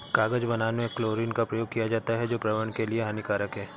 कागज बनाने में क्लोरीन का प्रयोग किया जाता है जो पर्यावरण के लिए हानिकारक है